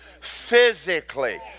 physically